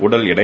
உடல் எடை